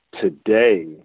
today